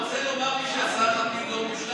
אתה רוצה להגיד לי שהשר לפיד לא מושלם?